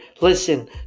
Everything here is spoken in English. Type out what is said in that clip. Listen